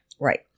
Right